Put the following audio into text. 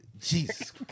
Jesus